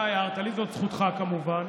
אתה הערת לי, זאת זכותך, כמובן,